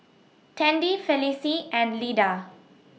Tandy Felicie and Lida